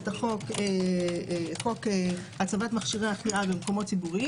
יש פה חוק הצבת מכשירי החייאה במקומות ציבוריים.